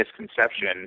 misconception